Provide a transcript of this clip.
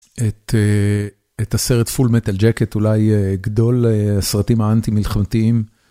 את את הסרט full metal jacket אולי גדול סרטים האנטי מלחמתיים.